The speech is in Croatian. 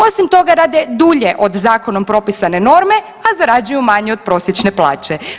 Osim toga, rade dulje od zakonom propisane norme, a zarađuju manje od prosječne plaće.